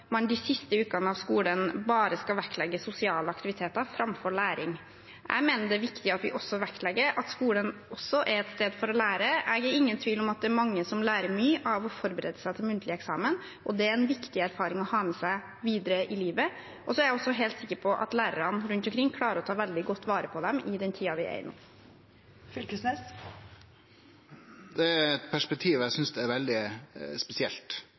man de siste ukene av skolen bare skal vektlegge sosiale aktiviteter framfor læring. Jeg mener det er viktig at vi også vektlegger at skolen er et sted for å lære. Jeg er ikke i tvil om at det er mange som lærer mye av å forberede seg på muntlig eksamen, og det er en viktig erfaring å ha med seg videre i livet. Så er jeg også helt sikker på at lærerne rundt omkring klarer å ta veldig godt vare på dem i den tiden vi er i nå. Torgeir Knag Fylkesnes – til oppfølgingsspørsmål. Det er eit perspektiv eg synest er veldig spesielt,